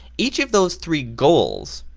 each of those three goals,